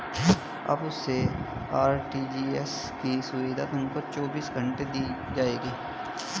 अब से आर.टी.जी.एस की सुविधा तुमको चौबीस घंटे दी जाएगी